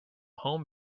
home